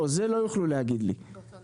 לא, זה לא יוכלו להגיד לי, בסדר?